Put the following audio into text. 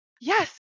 yes